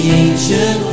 ancient